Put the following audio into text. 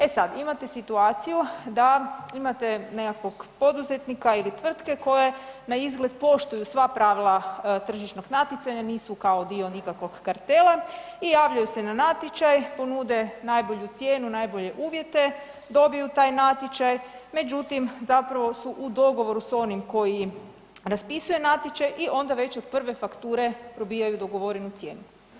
E sad, imate situaciju da imate nekakvog poduzetnika ili tvrtke koje na izgled poštuju sva pravila tržišnog natjecanja, nisu kao dio nikakvog kartela i javljaju se na natječaj, ponude najbolju cijenu, najbolje uvjete, dobiju taj natječaj međutim zapravo su u dogovoru sa onim koji raspisuje natječaj i onda već od prve fakture probijaju dogovorenu cijenu.